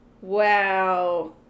Wow